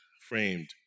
framed